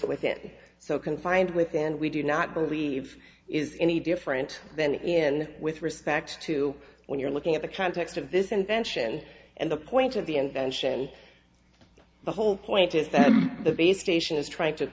with it so confined within we do not believe is any different than even with respect to when you're looking at the context of this invention and the point of the invention the whole point is that the base station is trying to